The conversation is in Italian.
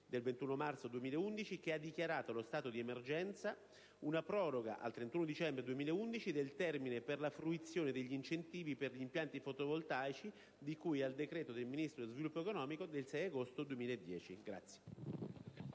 del 21 marzo 2011, che ha dichiarato lo stato di emergenza, una proroga al 31 dicembre 2011 del termine per la fruizione degli incentivi per gli impianti fotovoltaici di cui al decreto del Ministro dello sviluppo economico del 6 agosto 2010.